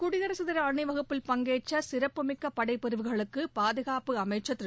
குடியரசு தின அணிவகுப்பில் பங்கேற்ற சிறப்புமிக்க படைப்பிரிவுகளுக்கு பாதுகாப்பு அமைச்சர் திரு